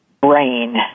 brain